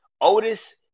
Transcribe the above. Otis